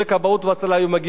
ואז מגישים לו חשבון